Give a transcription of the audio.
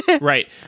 right